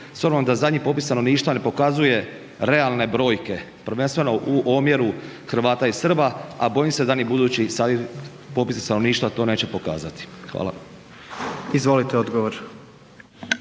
obzirom da zadnji popis stanovništva ne pokazuje realne brojke prvenstveno u omjeru Hrvata i Srba a bojim se da ni budući popisi stanovništva to neće pokazati? Hvala. **Jandroković,